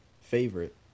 favorite